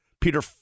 Peter